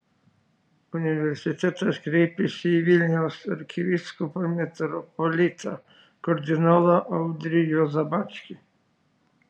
universitetas kreipėsi į vilniaus arkivyskupą metropolitą kardinolą audrį juozą bačkį